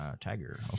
Tiger